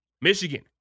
Michigan